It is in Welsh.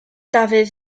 dafydd